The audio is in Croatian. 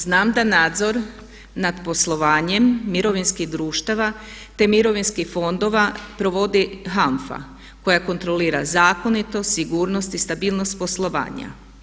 Znam da nadzor nad poslovanjem mirovinskih društava te mirovinskih fondova provodi HAMFA koja kontrolira zakonitost, sigurnost i stabilnost poslovanja.